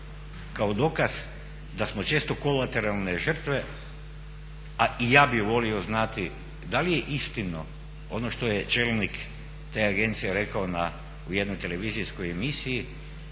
kao dokaz da smo često kolateralne žrtve, a i ja bih volio znati da li je istina ono što je čelnik te agencije rekao u jednoj televizijskoj emisiji,